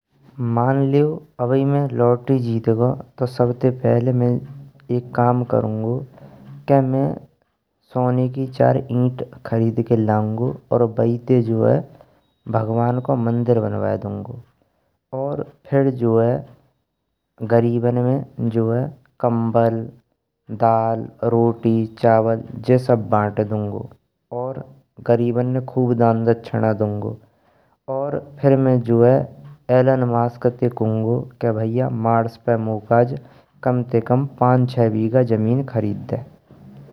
मन लेयो अबे मैं लॉटरी जीतगो तो सबते पहल मैं एक काम करणगो, के में सोने की चार ईंट खरीद के ल्याओँगो। और बैठे जो है भगवान को मंदिर बनवाय द्यूँगो और फिर जो है, गरीबन में कम्बल दाल रोटी चावल जे सब बाँट द्यूँगो। और गरीबन ने खूब दान दक्षिणा द्यूँगो और मैं जो है, एलोन मस्क ते कुँघो के भैया मार्स पे मू काज पांच ते छे बीघा जमीन खरीद देय।